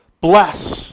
Bless